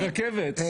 רכבת.